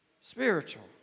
Spiritual